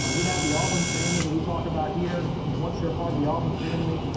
ah we have the auburn family that we talk about here. and once you're a part of the auburn family,